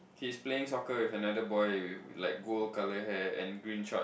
he's playing soccer with another boy with like gold colour hair and green short